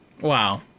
Wow